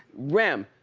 rem,